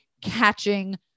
catching